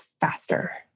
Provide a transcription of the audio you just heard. faster